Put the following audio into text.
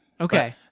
Okay